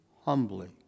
humbly